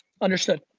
understood